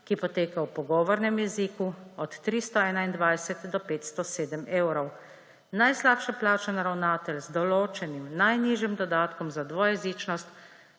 ki poteka v pogovornem jeziku, od 321 do 507 evrov. Najslabše plačani ravnatelj z določenim najnižjim dodatkom za dvojezičnost,